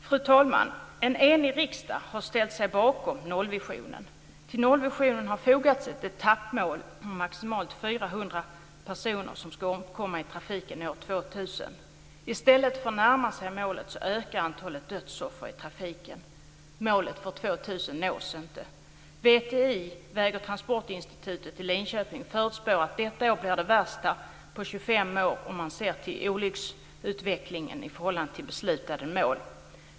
Fru talman! En enig riksdag har ställt sig bakom nollvisionen. Till nollvisionen har fogats ett etappmål på att maximalt 400 personer ska omkomma i trafiken år 2000. I stället för att närma sig målet ökar antalet dödsoffer i trafiken. Målet för år 2000 nås inte. VTI, Väg och transportforskningsinstitutet i Linköping, förutspår att detta år blir det värsta på 25 år om man ser på olycksutvecklingen i förhållande till beslutade mål.